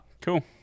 cool